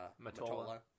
Matola